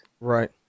Right